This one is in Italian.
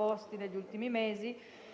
legati alla situazione contingente,